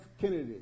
Kennedy